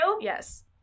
Yes